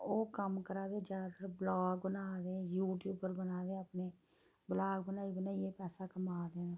ओह् कम्म करा दे ज्यादातर ब्लाग बना दे यूट्यूब उप्पर बना दे अपने ब्लाग बनाई बनाइयै पैसा कमा दे न